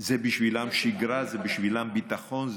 זה בשבילם שגרה, זה בשבילם ביטחון.